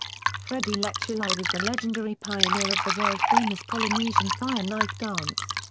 freddie letuli was the legendary pioneer of the world famous polynesian fire knife dance.